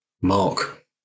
Mark